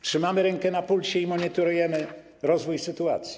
Trzymamy rękę na pulsie i monitorujemy rozwój sytuacji.